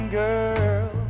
girl